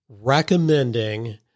recommending